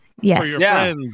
yes